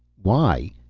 why?